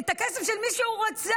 את הכסף של מי שהוא רצח.